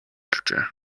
болжээ